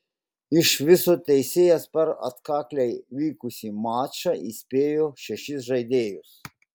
iš viso teisėjas per atkakliai vykusį mačą įspėjo šešis žaidėjus